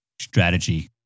strategy